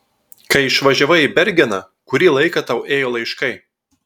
kai išvažiavai į bergeną kurį laiką tau ėjo laiškai